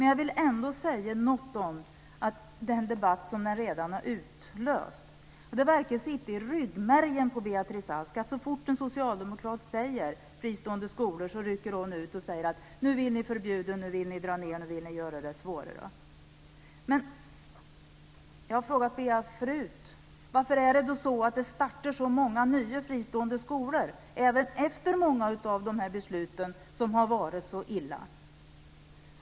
Jag vill ändå säga något om den debatt som den redan har utlöst. Det verkar sitta i ryggmärgen på Beatrice Ask att så fort en socialdemokrat nämner fristående skolor rycker hon ut och säger: Nu vill ni förbjuda, dra ned på och göra det svårare att starta friskolor. Jag har frågat Beatrice Ask förut varför det då är så att det startats så många nya fristående skolor, även efter många av de här besluten som har varit så dåliga.